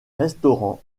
restaurants